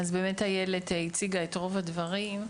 איילת הציגה את רוב הדוברים.